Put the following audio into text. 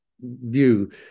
view